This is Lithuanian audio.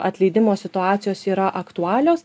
atleidimo situacijos yra aktualios